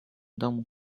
domu